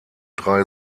drei